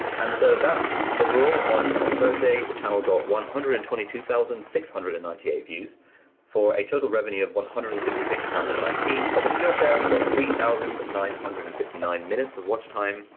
and so that overall on on thursday, the channel got one hundred and twenty two thousand six hundred and ninety eight views for a total revenue of one hundred and sixty six pounds and nine p. off of skillshare we got three thousand nine hundred and fifty nine minutes of watch time,